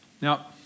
Now